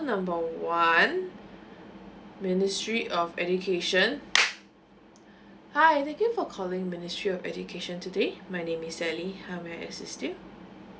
number one ministry of education hi thank you for calling ministry of education today my name is Sally how may I assist you